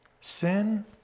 Sin